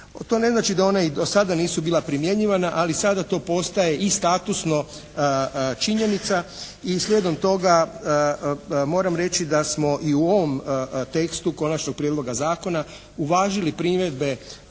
To ne znači da ona i do sada nisu bila primjenjivana, ali sada to postaje i statusno činjenica i slijedom toga moram reći da smo i u ovom tekstu Konačnog prijedloga zakona uvažili primjedbe